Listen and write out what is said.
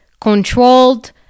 controlled